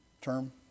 term